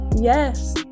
Yes